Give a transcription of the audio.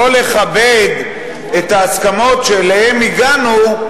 לא לכבד את ההסכמות שאליהן הגענו,